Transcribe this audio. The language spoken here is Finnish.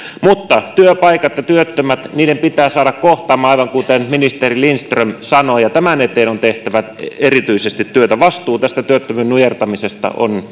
mutta työpaikat ja työttömät pitää saada kohtaamaan aivan kuten ministeri lindström sanoi ja erityisesti tämän eteen on tehtävä työtä vastuu työttömyyden nujertamisesta on